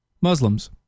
Muslims